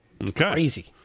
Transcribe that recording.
crazy